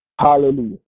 Hallelujah